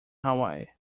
hawaii